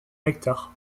nectar